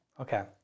Okay